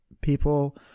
people